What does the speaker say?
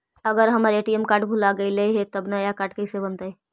अगर हमर ATM card भुला गैलै हे तब नया काड कइसे बनतै?